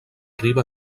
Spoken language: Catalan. riba